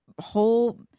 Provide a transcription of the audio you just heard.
whole